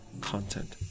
content